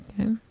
Okay